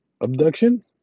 Abduction